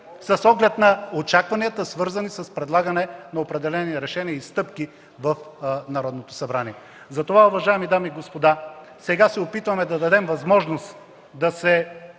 с оглед на очакванията, свързани с предлагане на определени решения и стъпки в Народното събрание. Затова, уважаеми дами и господа, сега се опитваме да дадем възможност да се